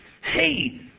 Hey